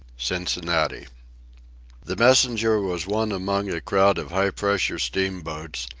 cincinnati the messenger was one among a crowd of high-pressure steamboats,